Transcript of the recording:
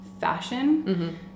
fashion